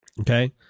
okay